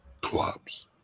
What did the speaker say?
clubs